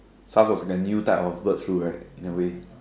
S_A_R_S was a new type of bird flu right in a way